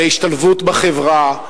להשתלבות בחברה,